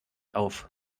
auf